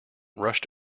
rushed